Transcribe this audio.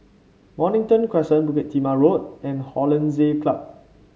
Mornington Crescent Bukit Timah Road and Hollandse Club